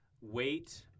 weight